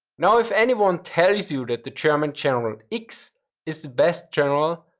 now, if anyone tells you that the german general x is the best general,